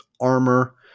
armor